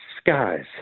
skies